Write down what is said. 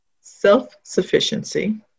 self-sufficiency